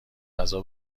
غذا